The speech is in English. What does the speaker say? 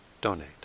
donate